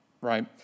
right